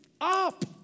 up